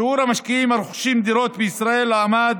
שיעור המשקיעים הרוכשים דירות בישראל עמד